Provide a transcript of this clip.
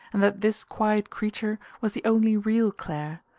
and that this quiet creature was the only real clare,